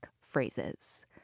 phrases